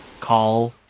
call